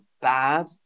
bad